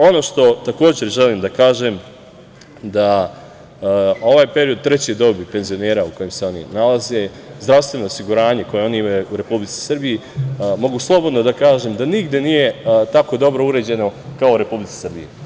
Ono što takođe želim da kažem, da ovaj period trećeg doba penzionera u kojem se oni nalaze, zdravstveno osiguranje koje oni imaju u Republici Srbiji, mogu slobodno da kažem da nigde nije tako dobro uređeno kao u Republici Srbiji.